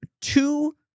two